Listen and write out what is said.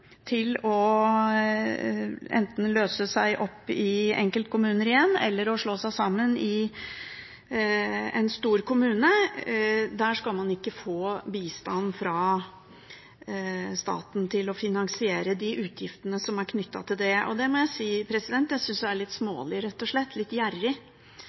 til å løse seg opp i enkeltkommuner igjen, eller til å slå seg sammen i en stor kommune, ikke skal få bistand fra staten til å finansiere de utgiftene som er knyttet til det. Det må jeg si at jeg synes er litt smålig, rett og slett, litt gjerrig.